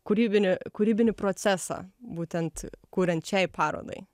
kūrybinį kūrybinį procesą būtent kuriant šiai parodai